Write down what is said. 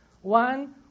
One